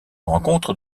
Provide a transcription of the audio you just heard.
rencontre